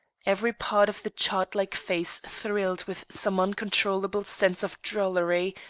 every part of the chart-like face thrilled with some uncontrollable sense of drollery,